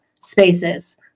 spaces